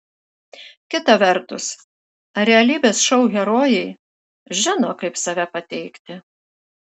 kita vertus realybės šou herojai žino kaip save pateikti